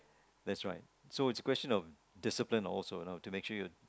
that's right so it's question of discipline also you know to make sure you